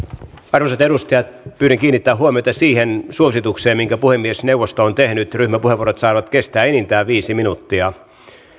arvoisat edustajat pyydän kiinnittämään huomiota siihen suositukseen minkä puhemiesneuvosto on tehnyt ryhmäpuheenvuorot saavat kestää enintään viisi minuuttia